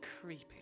creepy